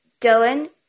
Dylan